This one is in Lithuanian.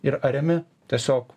ir ariami tiesiog